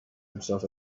himself